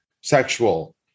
sexual